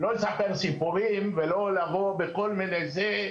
לא לספר סיפורים ולא לבוא בכל מיני זה.